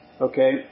okay